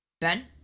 ben